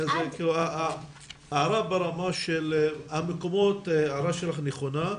ההערה ברמה של המקומות נכונה,